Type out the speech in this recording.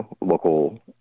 local